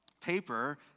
paper